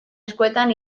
eskuetan